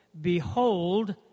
Behold